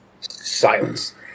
Silence